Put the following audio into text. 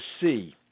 see